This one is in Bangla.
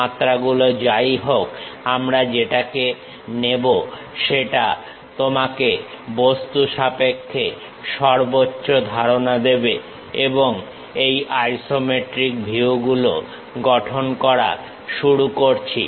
মাত্রাগুলো যাইহোক আমরা যেটাকে নেবো সেটা তোমাকে বস্তু সম্পর্কে সর্বোচ্চ ধারণা দেবে এবং এই আইসোমেট্রিক ভিউ গুলো গঠন করা শুরু করছি